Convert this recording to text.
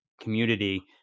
community